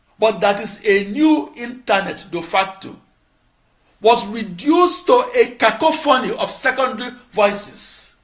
but that is a new internet de facto was reduced to a cacophony of secondary voices.